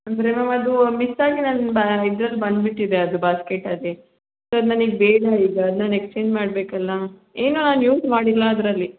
ಅಂದರೆ ಮ್ಯಾಮ್ ಅದು ಮಿಸ್ ಆಗಿ ನನ್ನ ಬ ಇದ್ರಲ್ಲಿ ಬಂದುಬಿಟ್ಟಿದೆ ಅದು ಬಾಸ್ಕೆಟಲ್ಲಿ ಸೊ ನನಗ್ ಬೇಡ ಈಗ ನಾನು ಎಕ್ಸ್ಚೇಂಜ್ ಮಾಡಬೇಕಲ್ಲ ಏನೂ ಯೂಸ್ ಮಾಡಿಲ್ಲ ಅದರಲ್ಲಿ